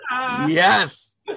yes